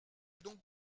donc